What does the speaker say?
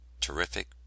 terrific